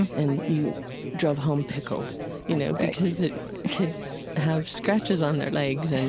and you drove home pickled you know because kids have scratches on their legs, and,